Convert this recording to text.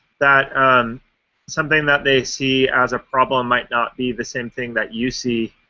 that um something that they see as a problem might not be the same thing that you see.